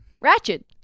Ratchet